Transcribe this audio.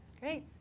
great